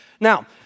Now